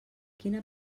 quina